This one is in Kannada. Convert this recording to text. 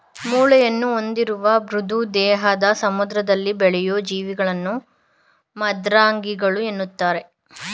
ಮೂಳೆಯನ್ನು ಹೊಂದಿರದ ಮೃದು ದೇಹದ ಸಮುದ್ರದಲ್ಲಿ ಬೆಳೆಯೂ ಜೀವಿಗಳನ್ನು ಮೃದ್ವಂಗಿಗಳು ಅಂತರೆ